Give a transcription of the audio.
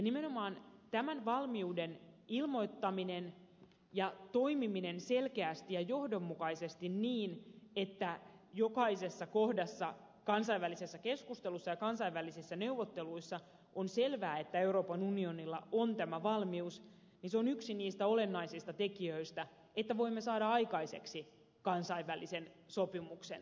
nimenomaan tämän valmiuden ilmoittaminen ja toimiminen selkeästi ja johdonmukaisesti niin että jokaisessa kohdassa kansainvälisessä keskustelussa ja kansainvälisissä neuvotteluissa on selvää että euroopan unionilla on tämä valmius on yksi niistä olennaisista tekijöistä että voimme saada aikaiseksi kansainvälisen sopimuksen